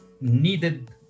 needed